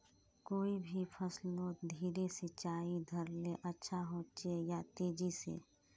कोई भी फसलोत धीरे सिंचाई करले अच्छा होचे या तेजी से?